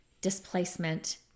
displacement